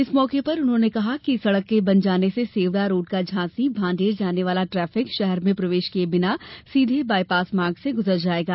इस मौके पर उन्होंने कहा कि इस सड़क के बन जाने से सेवढ़ा रोड का झांसी भाण्डेर जाने वाला ट्राफिक शहर में प्रवेश किए बिना सीधे बायपास मार्ग से गूजर जाएगा